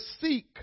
seek